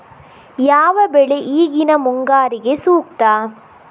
ಯಾವ ಬೆಳೆ ಈಗಿನ ಮುಂಗಾರಿಗೆ ಸೂಕ್ತ?